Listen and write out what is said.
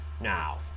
now